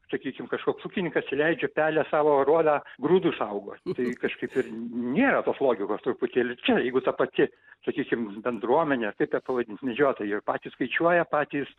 sakykim kažkoks ūkininkas įleidžia pelę savo aruodą grūdų saugot tai kažkaip ir nėra tos logikos truputėlį čia jeigu ta pati sakykim bendruomenė ar kaip j ąpavadint medžiotojai ir patys skaičiuoja patys